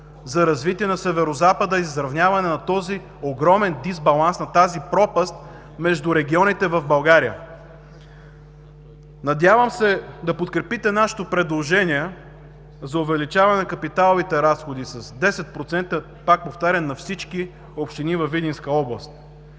за развитие на Северозапада – изравняване на този огромен дисбаланс, на тази пропаст между регионите в България. Надявам се да подкрепите нашето предложение за увеличаване на капиталовите разходи с 10%, пак повтарям, на всички общини във Видинска област.